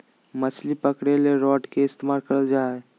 मछली पकरे ले रॉड के इस्तमाल कइल जा हइ